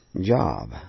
job